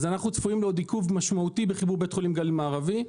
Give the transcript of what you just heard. אז אנחנו צפויים לעוד עיכוב משמעותי בחיבור בית חולים גליל מערבי.